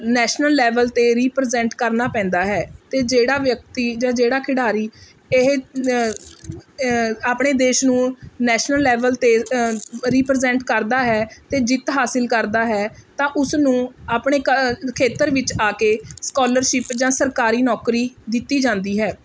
national level 'ਤੇ represent ਕਰਨਾ ਪੈਂਦਾ ਹੈ ਅਤੇ ਜਿਹੜਾ ਵਿਅਕਤੀ ਜਾਂ ਜਿਹੜਾ ਖਿਡਾਰੀ ਇਹ ਆਪਣੇ ਦੇਸ਼ ਨੂੰ ਨੈਸ਼ਨਲ ਲੈਵਲ 'ਤੇ ਰੀਪ੍ਰਜੈਂਟ ਕਰਦਾ ਹੈ ਅਤੇ ਜਿੱਤ ਹਾਸਲ ਕਰਦਾ ਹੈ ਤਾਂ ਉਸਨੂੰ ਆਪਣੇ ਘ ਖੇਤਰ ਵਿੱਚ ਆ ਕੇ ਸਕੋਲਰਸ਼ਿਪ ਜਾਂ ਸਰਕਾਰੀ ਨੌਕਰੀ ਦਿੱਤੀ ਜਾਂਦੀ ਹੈ